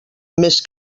més